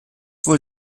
wohl